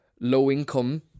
low-income